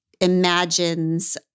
imagines